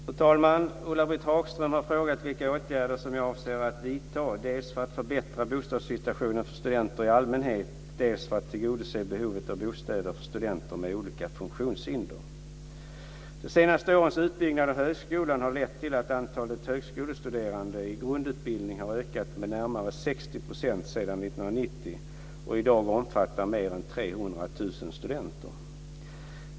Fru talman! Ulla-Britt Hagström har frågat vilka åtgärder som jag avser att vidta dels för att förbättra bostadssituationen för studenter i allmänhet, dels för att tillgodose behovet av bostäder för studenter med olika funktionshinder. De senaste årens utbyggnad av högskolan har lett till att antalet högskolestuderande i grundutbildning har ökat med närmare 60 % sedan 1990 och i dag omfattar mer än 300 000 studenter.